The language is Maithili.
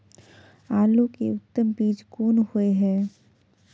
आलू के उत्तम बीज कोन होय है?